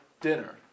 dinner